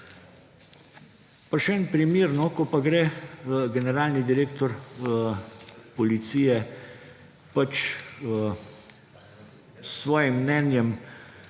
še en primer, ko pa gre generalni direktor policije pač s svojim mnenjem